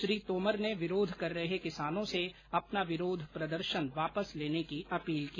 श्री तोमर ने विरोध कर रहे किसानों से अपना विरोध प्रदर्शन वापस लेने की अपील की